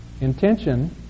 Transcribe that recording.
intention